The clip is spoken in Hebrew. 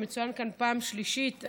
שמצוין כאן פעם שלישית,